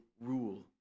rule